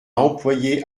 employé